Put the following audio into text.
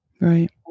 Right